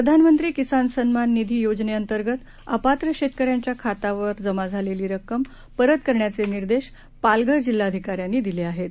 प्रधानमंत्रीकिसानसन्माननिधीयोजनेंतर्गतअपात्रशेतकऱ्यांच्याखात्यावरजमाझालेलीर क्कमपरतकरण्याचेनिर्देशपालघरजिल्हाधिकाऱ्यांनीदिलेआहेत